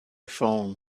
phone